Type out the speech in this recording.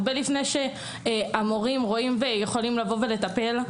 הרבה לפני שהמורים רואים ויכולים לטפל.